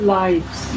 lives